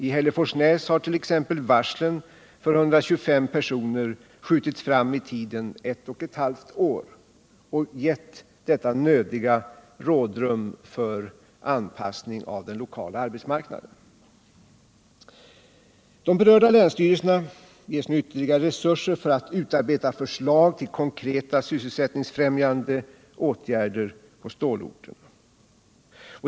I Hälleforsnäs har t.ex. varslen för 125 personer skjutits fram i tiden ett och ett halvt år, vilket gett det nödvändiga rådrummet för anpassning av den lokala arbetsmarknaden. De berörda länsstyrelserna ges nu ytterligare resurser för att utarbeta förslag till konkreta sysselsättningsfrämjande åtgärder på stålorterna.